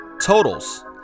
totals